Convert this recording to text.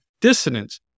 dissonance